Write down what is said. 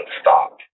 stop